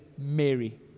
Mary